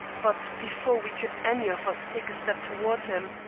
but before we could any of us take a step toward him,